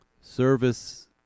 service